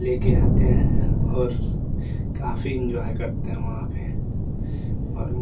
ले कर आते हैं और काफ़ी इन्जॉय करते हैं वहाँ पर और